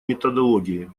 методологии